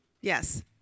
Yes